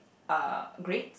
uh great